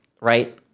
Right